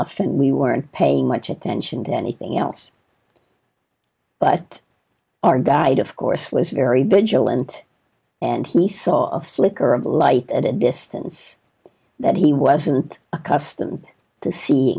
and we weren't paying much attention to anything else but our guide of course was very vigilant and he saw a flicker of light at a distance that he wasn't accustomed to see